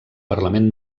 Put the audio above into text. parlament